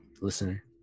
listener